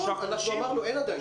נכון, אנחנו אמרנו אין עדיין תשובה.